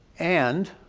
and